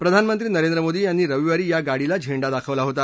प्रधानमंत्री नरेंद्र मोदी यांनी रविवारी या गाडीला झेंडा दाखवला होता